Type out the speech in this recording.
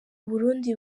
burundi